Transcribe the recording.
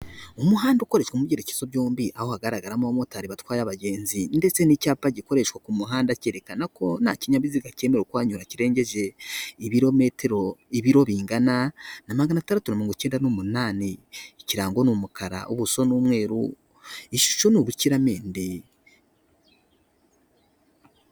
Umuhanda ukoreshwa mu byerekezo byombi aho hagaragaramo abamotari batwaye abagenzi, ndetse n'icyapa gikoreshwa ku muhanda cyerekana ko nta kinyabiziga kemewe kuhanyura kirengeje ibiro bingana namagana tandatu mirongo ikenda numunani, ikirango n'umukara ubuso n'umweru, ishusho ni urukiramende.